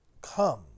come